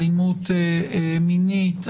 באלימות מינית,